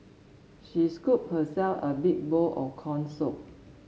she scooped herself a big bowl of corn soup